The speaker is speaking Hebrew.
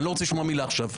אני לא רוצה לשמוע מילה עכשיו.